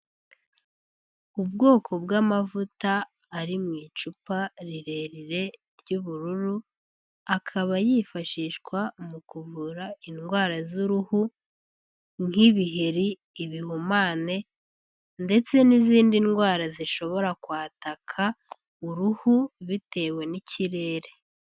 Ubwoko bw'amavuta ari mu icupa rirerire ry'ubururu akaba yifashishwa mu kuvura indwara z'uruhu nk'ibiheri, ibihumane ndetse n'izindi ndwara zishobora kwataka uruhu bitewe n'ikirere.